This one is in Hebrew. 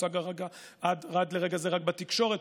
הוצג עד לרגע זה רק בתקשורת,